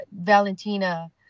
Valentina